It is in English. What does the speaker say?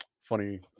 funny